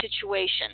situation